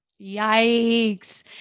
Yikes